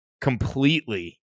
completely